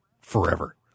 forever